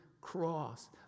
cross